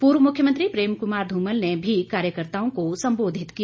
पूर्व मुख्यमंत्री प्रेम कुमार धूमल ने भी कार्यकर्ताओं को संबोधित किया